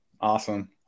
Awesome